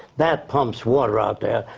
that pumps water out there.